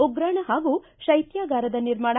ಉಗ್ರಣ ಹಾಗೂ ಶೈತ್ಯಾಗಾರದ ನಿರ್ಮಾಣ